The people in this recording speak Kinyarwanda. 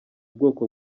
ubwoko